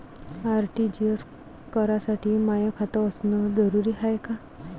RTGS करासाठी माय खात असनं जरुरीच हाय का?